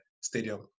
stadium